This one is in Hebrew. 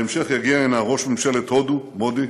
בהמשך יגיע הנה ראש ממשלת הודו, מודי,